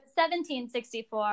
1764